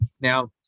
Now